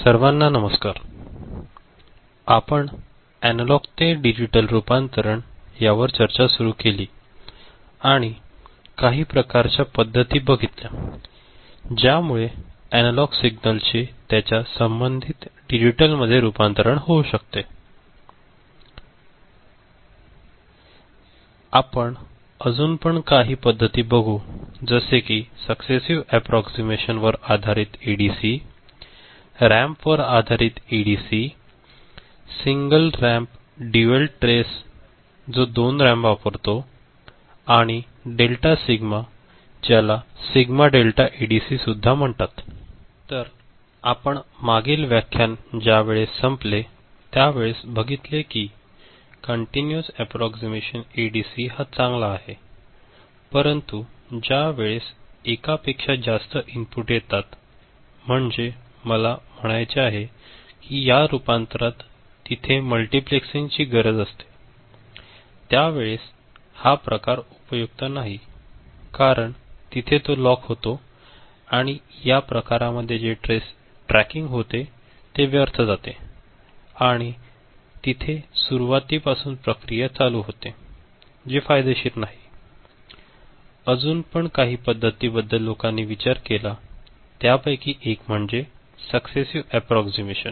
सर्वांना नमस्कार आपण अनालॉग ते डिजिटल रूपांतरण यावर चर्चा सुरू केली आणि काही प्रकारच्या पद्धती बघितल्या ज्यामुळे अनालॉग सिग्नलचे त्याच्या संबंधित डिजिटल मध्ये रूपांतरण होऊ शकते आपण अजून पण काही पद्धती बघू जसे कि सक्सेसिव एप्प्प्रॉक्सिमेशन वर आधारित एडीसी रॅम्प वरआधारित ADC single ramp dual trace जो दोन रॅम्प वापरतो आणि डेल्टा सिग्मा ज्याला सिग्मा डेल्टा एडीसी सुद्धा म्हणतात तर आपण मागील व्याख्यान ज्या वेळेस संपले त्या वेळेस बघितले कि कंटिन्यूअस एप्प्प्रॉक्सिमेशन एडीसी हा चांगला आहे परंतु ज्या वेळेस एका पेक्षा जास्त इनपुट येतात म्हणजे मला म्हणायचे आहे कि या रूपांतरात तिथे मल्टीप्लेक्सिंग ची गरज असते त्या वेळेस हा प्रकार उपयुक्त नाही कारण तिथे तो लॉक होतो आणि याप्रकारामध्ये जे ट्रॅकिंग होते ते व्यर्थ जाते आणि तिथे सुरुवातीपासून प्रक्रिया चालू होते जे फायदेशीर नाही अजून पण काही पद्धती बद्दल लोकांनी विचार केला त्या पैकी एक म्हणजे सक्सेसिव एप्प्प्रॉक्सिमेशन